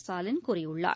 ஸ்டாலின் கூறியுள்ளார்